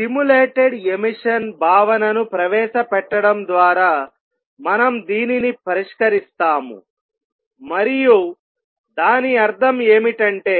stimulated emission భావనను ప్రవేశపెట్టడం ద్వారా మనం దీనిని పరిష్కరిస్తాము మరియు దాని అర్ధం ఏమిటంటే